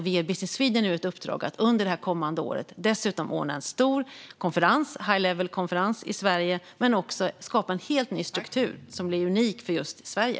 Vi ger nu Business Sweden i uppdrag att under det kommande året ordna en stor high level-konferens i Sverige men också att skapa en helt ny struktur, som blir unik för just Sverige.